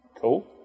Cool